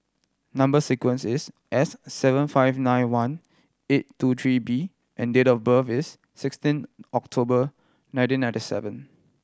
number sequence is S seven five nine one eight two three B and date of birth is sixteen October nineteen ninety seven